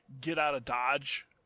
get-out-of-dodge